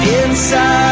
inside